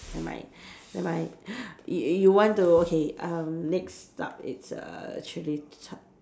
never mind never mind you you want to okay um next stop it's err